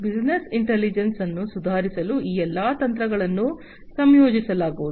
business ಇಂಟಲಿಜೆನ್ಸ್ಅನ್ನು ಸುಧಾರಿಸಲು ಈ ಎಲ್ಲಾ ತಂತ್ರಗಳನ್ನು ಸಂಯೋಜಿಸಲಾಗುವುದು